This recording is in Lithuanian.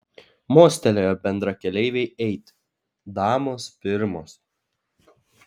mostelėjo bendrakeleivei eiti damos pirmos